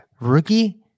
Rookie